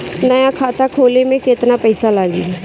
नया खाता खोले मे केतना पईसा लागि?